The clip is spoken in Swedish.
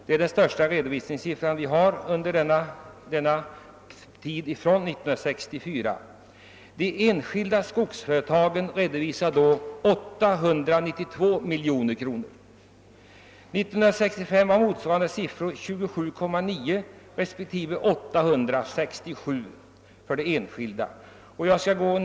Det är den största redovisade vinsten från senare tid. De enskilda skogsföretagen redovisade samma år 892 miljoner kro nor. 1965 var motsvarande siffror 27,9 respektive 867 miljoner kronor.